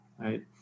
right